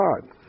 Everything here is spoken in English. God